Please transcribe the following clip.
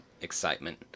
excitement